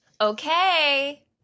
Okay